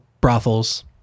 brothels